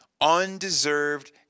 undeserved